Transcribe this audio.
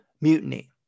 mutiny